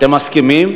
אתם מסכימים?